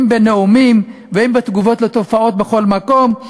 אם בנאומים ואם בתגובות על תופעות בכל מקום.